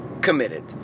committed